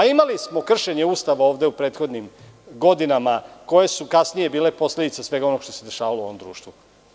Imali smo kršenje Ustava ovde u prethodnim godinama koje su kasnije bili posledica svega ovoga što se dešavalo u ovom društvu.